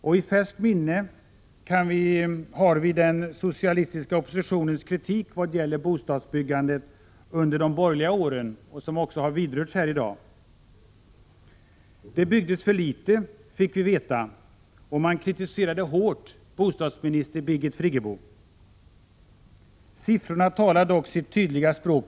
Och i färskt minne har vi den socialistiska oppositionens kritik när det gäller bostadsbyggandet under de borgerliga åren — den har berörts också här i dag. Det byggdes för litet, fick vi veta, och man kritiserade hårt bostadsminister Birgit Friggebo. Siffrorna talar dock sitt tydliga språk.